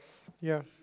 ya